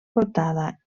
portada